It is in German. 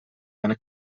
eine